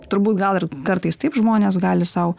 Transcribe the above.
turbūt gal ir kartais taip žmonės gali sau